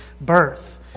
birth